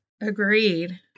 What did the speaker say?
Agreed